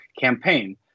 campaign